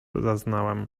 zaznałam